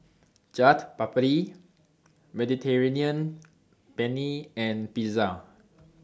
Chaat Papri Mediterranean Penne and Pizza